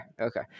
okay